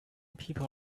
people